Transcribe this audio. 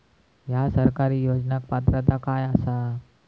हया सरकारी योजनाक पात्रता काय आसा?